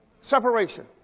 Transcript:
Separation